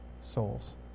souls